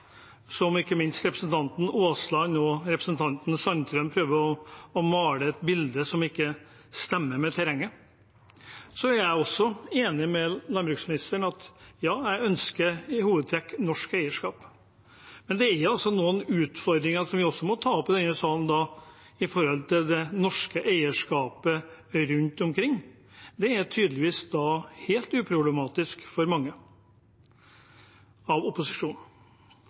som ikke minst representanten Aasland og representanten Sandtrøen prøver å male et bilde av, men som ikke stemmer med terrenget. Jeg er enig med landbruksministeren: Ja, jeg ønsker i hovedtrekk norsk eierskap, men det er noen utfordringer som vi også må ta opp i denne salen når det gjelder det norske eierskapet rundt omkring. Det er tydeligvis helt uproblematisk for mange i opposisjonen.